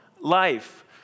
life